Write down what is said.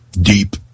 deep